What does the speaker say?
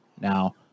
now